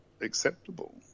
acceptable